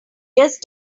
just